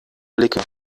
blicke